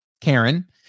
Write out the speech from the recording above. Karen